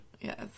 Yes